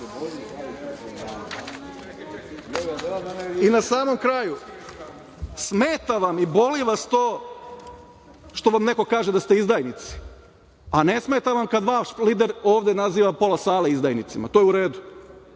samom kraju, smeta vam i boli vas to što vam neko kaže da ste izdajnici, a ne smeta vam kad vaš lider ovde naziva pola sale izdajnicima? To je u redu? Mi